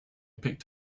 picked